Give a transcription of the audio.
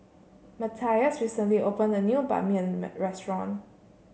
Matthias recently opened a new ban mean Mian restaurant